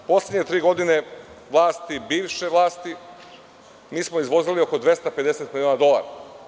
U poslednje tri godine vlasti, bivše vlasti, mi smo izvozili oko 250 miliona dolara.